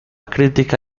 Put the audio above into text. crítica